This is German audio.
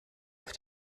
auf